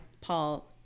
paul